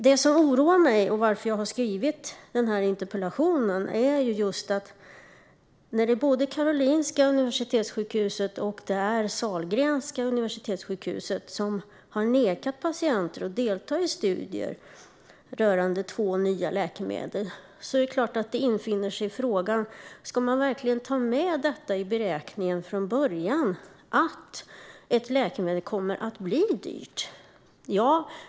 Det som oroar mig, och skälet till att jag har ställt denna interpellation, är att både Karolinska universitetssjukhuset och Sahlgrenska universitetssjukhuset har nekat patienter att delta i studier rörande två nya läkemedel. Då är det klart att frågan uppstår om man verkligen ska ta med i beräkningen från början att ett läkemedel kommer att bli dyrt.